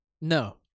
No